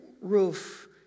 roof